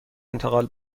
انتقال